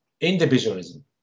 individualism